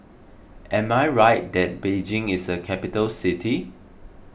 am I right that Beijing is a capital city